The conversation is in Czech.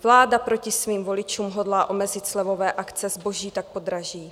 Vláda proti svým voličům hodlá omezit slevové akce, zboží tak podraží!